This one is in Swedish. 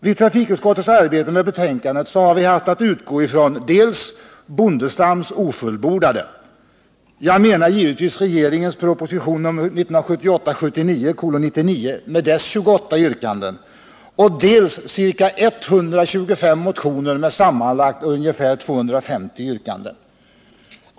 Vid trafikutskottets arbete med betänkandet har vi haft att utgå ifrån dels Bondestams ofullbordade — jag menar givetvis regeringens proposition 1978/79:99 med dess 28 yrkanden —, dels ca 125 motioner med sammanlagt ungefär 250 yrkanden.